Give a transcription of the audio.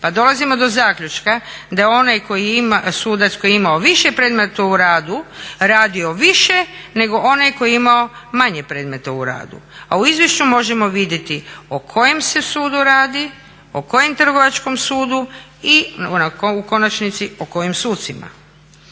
Pa dolazimo do zaključka da onaj sudac koji je imao više predmeta u radu radio više nego onaj koji je imao manje predmeta u radu. A u izvješću možemo vidjeti o kojem se sudu radu, o kojem trgovačkom sudu i u konačnici o kojim sucima.